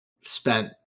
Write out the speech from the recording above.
spent